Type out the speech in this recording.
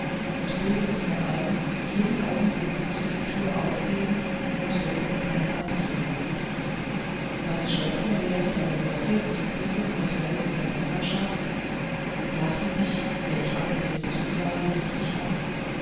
und bildete mir ein jeden augenblick müsse die tür aufgehen und der unbekannte eintreten meine schwester leerte dann den löffel mit dem flüssigen metall in das wasserschaff und lachte mich der ich aufgeregt zusah lustig an